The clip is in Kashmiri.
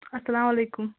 اَسَلامُ علیکُم